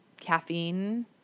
caffeine